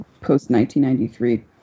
post-1993